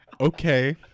Okay